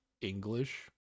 English